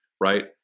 right